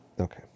Okay